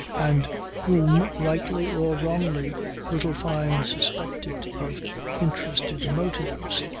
and whom rightly or wrongly little fyne suspected of interested motives,